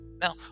Now